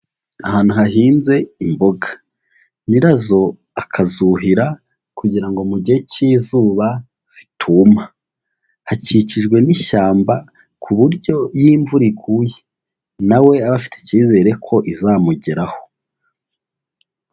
Ahantu hahinze imboga. Nyirazo akazuhira kugira ngo mu gihe cy'izuba zituma. Hakikijwe n'ishyamba, ku buryo iyo imvura iguye nawe aba afite icyizere ko izamugeraho.